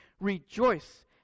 Rejoice